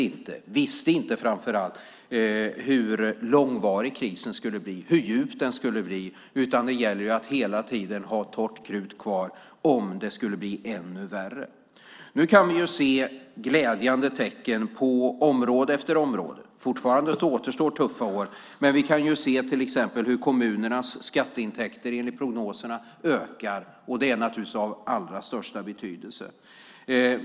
Vi visste inte hur långvarig och djup krisen skulle bli. Det gäller att hela tiden ha torrt krut kvar om det skulle bli ännu värre. Nu kan vi se glädjande tecken på område efter område. Fortfarande återstår tuffa år, men vi kan se hur kommunernas skatteintäkter enligt prognoserna ökar. Det är naturligtvis av allra största betydelse.